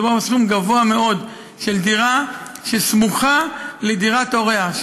מדובר בסכום גבוה מאוד על דירה שסמוכה לדירת הוריה.